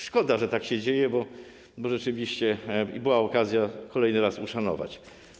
Szkoda, że tak się dzieje, bo rzeczywiście była okazja, żeby kolejny raz to uszanować.